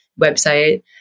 website